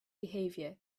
behavior